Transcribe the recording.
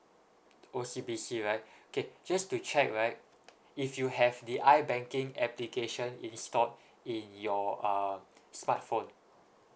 O_C_B_C right okay just to check right if you have the I banking application installed in your uh smartphone